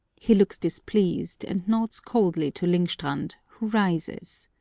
he looks displeased, and nods coldly to lyngstrand, who rises.